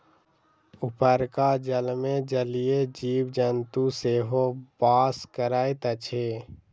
उपरका जलमे जलीय जीव जन्तु सेहो बास करैत अछि